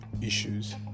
issues